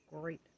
Great